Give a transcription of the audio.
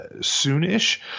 soon-ish